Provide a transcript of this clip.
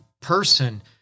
person